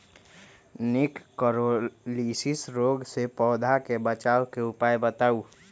निककरोलीसिस रोग से पौधा के बचाव के उपाय बताऊ?